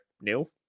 new